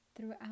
throughout